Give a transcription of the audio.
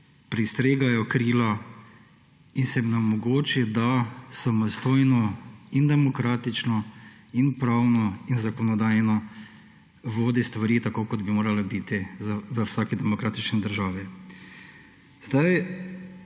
strižejo krila in se onemogoči, da samostojno in demokratično in pravno in zakonodajno vodi stvari tako, kot bi jih morala v vsaki demokratični državi.